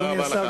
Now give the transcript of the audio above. אדוני השר,